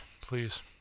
please